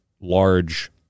large